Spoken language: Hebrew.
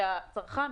שהצרכן,